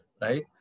right